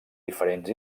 diferents